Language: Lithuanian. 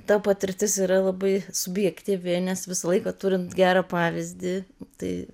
ta patirtis yra labai subjektyvi nes visą laiką turint gerą pavyzdį tai